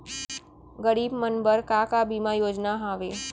गरीब मन बर का का बीमा योजना हावे?